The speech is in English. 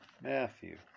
Matthew